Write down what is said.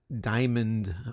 diamond